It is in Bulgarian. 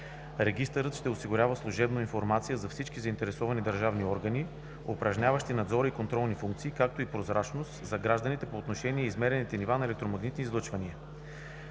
Регистърът ще осигурява служебно информация на всички заинтересовани държавни органи, упражняващи надзорни и контролни функции, както и прозрачност за гражданите по отношение измерените нива на електромагнитните излъчвания.